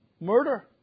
Murder